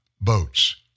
boats